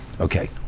Okay